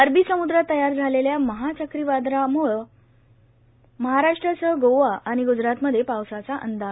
अरबी समुद्रात तयार झालेल्या महाचक्रीवादळामुळं महाराष्ट्रासह गोवा आणि ग्जरातमध्ये पावसाचा अंदाज